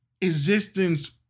existence